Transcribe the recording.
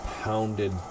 Pounded